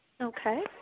okay